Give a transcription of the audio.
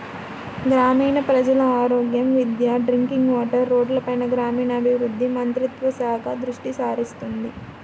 గ్రామీణ ప్రజల ఆరోగ్యం, విద్య, డ్రింకింగ్ వాటర్, రోడ్లపైన గ్రామీణాభివృద్ధి మంత్రిత్వ శాఖ దృష్టిసారిస్తుంది